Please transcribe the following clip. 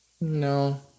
No